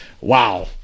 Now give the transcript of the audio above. Wow